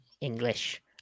English